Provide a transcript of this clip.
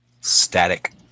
static